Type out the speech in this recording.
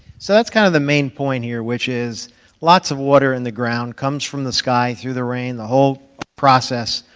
so that's kind of the main point here, which is lots of water in the ground comes from the sky through the rain, the whole process,